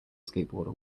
skateboarder